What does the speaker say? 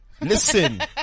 Listen